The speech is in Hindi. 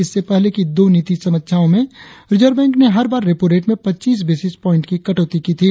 इससे पहले की दो नीति समीक्षाओ में रिजर्व बैंक ने हर बार रेपो रेट में पच्चीस बेसिस प्वाइंट्स की कटौती की थी